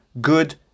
good